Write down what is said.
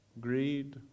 Greed